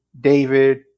David